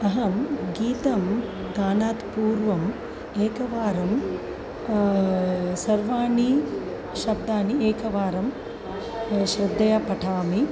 अहं गीतगानात् पूर्वम् एकवारं सर्वाणि शब्दानि एकवारं श्रद्धया पठामि